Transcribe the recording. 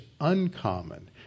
uncommon